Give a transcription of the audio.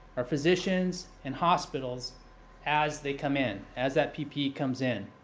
our physicians, and hospitals as they come in. as that ppe comes in.